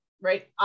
right